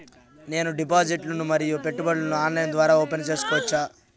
నేను డిపాజిట్లు ను మరియు పెట్టుబడులను ఆన్లైన్ ద్వారా ఓపెన్ సేసుకోవచ్చా?